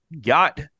got